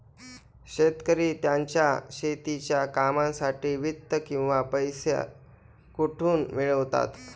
शेतकरी त्यांच्या शेतीच्या कामांसाठी वित्त किंवा पैसा कुठून मिळवतात?